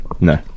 No